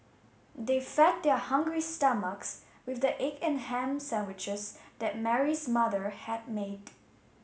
they fed their hungry stomachs with the egg and ham sandwiches that Mary's mother had made